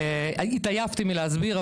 התעייפתי מלהסביר.